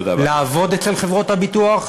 לעבוד אצל חברות הביטוח?